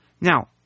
Now